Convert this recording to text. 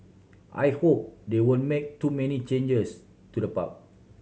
I hope they won't make too many changes to the park